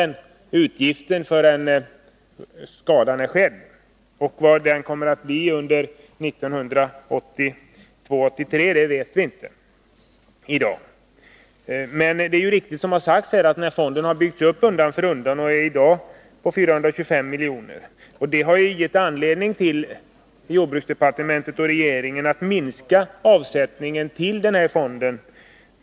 Vad utgiften för skördeskador kommer att bli under budgetåret 1982/83 vet vi inte i dag. Det är riktigt, som REA bruksdepartemenman sagt här tidigare i dag, att fonden har byggts upp undan för undan. I dag tets verksamhetsuppgår den till 425 milj.kr. Det har föranlett jordbruksdepartementet och område regeringen att minska avsättningen till fonden.